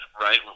right